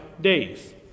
days